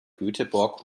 göteborg